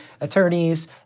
attorneys